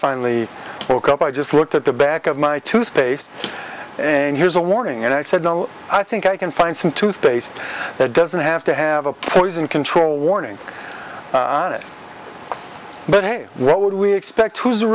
finally woke up i just looked at the back of my toothpaste and here's a warning and i said no i think i can find some toothpaste that doesn't have to have a poison control warning on it but what would we expect who's